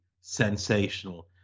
sensational